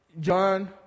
John